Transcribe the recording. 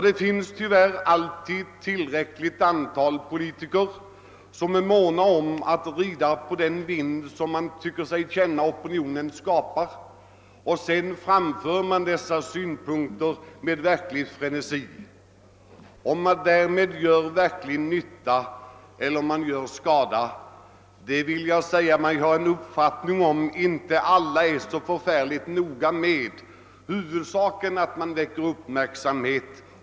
Det finns tyvärr alltid ett tillräckligt antal politiker som är måna om att rida på den våg som opinionen skapar och som framför dess synpunkter med verklig frenesi. Man är inte så noga med om man därmed gör nytta eller skada; huvudsaken är att väcka uppmärksamhet.